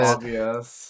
obvious